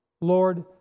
Lord